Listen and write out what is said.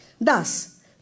thus